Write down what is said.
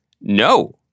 No